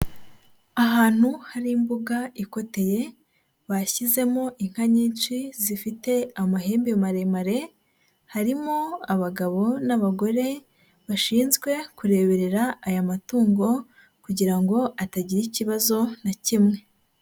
Ahantu hari imbuga ikoteyeye, bashyizemo inka nyinshi zifite amahembe maremare, harimo abagabo n'abagore, bashinzwe kureberera aya matungo kugira ngo atagira ikibazo na kimwe.